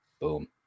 Boom